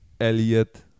Elliot